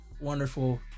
wonderful